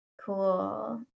cool